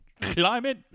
Climate